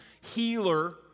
healer